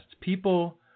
People